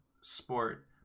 sport